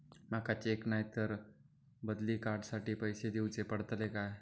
माका चेक नाय तर बदली कार्ड साठी पैसे दीवचे पडतले काय?